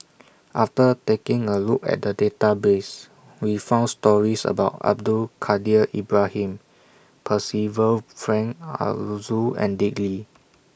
after taking A Look At The Database We found stories about Abdul Kadir Ibrahim Percival Frank Aroozoo and Dick Lee